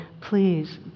please